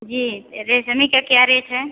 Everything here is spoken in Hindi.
जी रेशमी का क्या रेट है